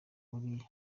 biriya